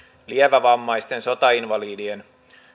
lievävammaisten sotainvalidien